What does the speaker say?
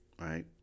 right